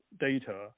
data